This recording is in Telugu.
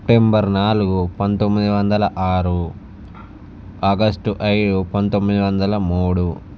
సెప్టెంబర్ నాలుగు పంతొమ్మిది వందల ఆరు ఆగష్టు ఐదు పంతొమ్మిది వందల మూడు